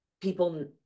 people